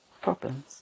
problems